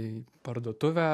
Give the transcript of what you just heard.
į parduotuvę